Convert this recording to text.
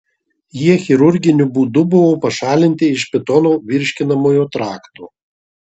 jie chirurginiu būdu buvo pašalinti iš pitono virškinamojo trakto